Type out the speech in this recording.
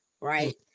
right